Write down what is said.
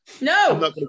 No